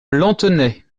lanthenay